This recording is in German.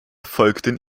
folgten